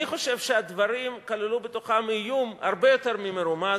אני חושב שהדברים כללו בתוכם איום הרבה יותר ממרומז.